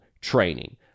training